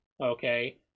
okay